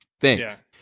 Thanks